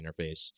interface